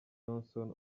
johnson